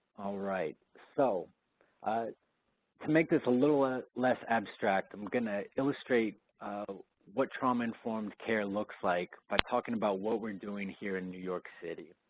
all right, so to make this a little ah less abstract, i'm gonna illustrate what trauma-informed care looks like by talking about what we're doing here in new york city.